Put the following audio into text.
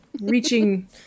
reaching